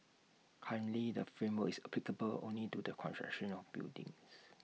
currently the framework is applicable only to the construction of buildings